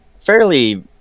fairly